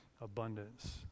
abundance